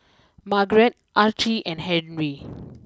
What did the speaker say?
Margarete Archie and Henry